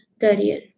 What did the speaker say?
career